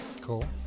Cool